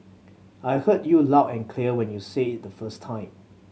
I heard you loud and clear when you said it the first time